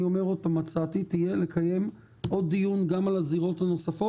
ואני אומר עוד פעם: הצעתי תהיה לקיים עוד דיון גם על הזירות הנוספות,